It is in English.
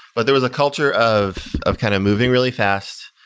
but there was a culture of of kind of moving really fast.